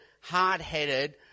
hard-headed